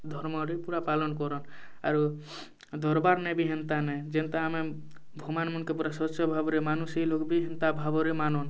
ଧର୍ମରେ ପୁରା ପାଲନ୍ କରନ୍ ଆରୁ ଦର୍ବାର୍ନେ ବି ହେନ୍ତା ନାଇଁ ଯେନ୍ତା ଆମେ ଭଗବାନମାନକେ କୁ ପୁରା ଶଏ ଶଏ ମାନୁନ୍ ସେଇ ଲୋକ ବି ହେନ୍ତା ଭାବରେ ମାନନ୍